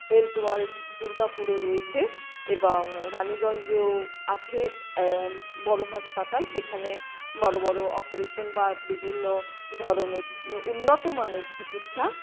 health world দুর্গাপুরে রয়েছে এবং রানীগঞ্জেও আছে বড় হাসপাতাল সেখানে বড় বড় অপারেশন বা বিভিন্ন ধরনের উন্নত মানের চিকিৎসা